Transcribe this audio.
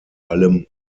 allem